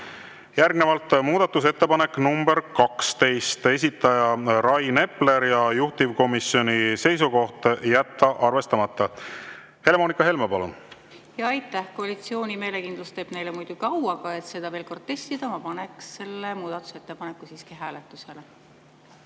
Järgnevalt muudatusettepanek nr 12, esitaja Rain Epler, juhtivkomisjoni seisukoht on jätta arvestamata. Helle-Moonika Helme, palun! Aitäh! Koalitsiooni meelekindlus teeb neile muidugi au, aga et seda veel kord testida, ma paneks selle muudatusettepaneku siiski hääletusele.